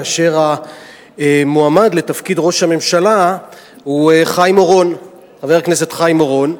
כאשר המועמד לתפקיד ראש הממשלה הוא חבר הכנסת חיים אורון.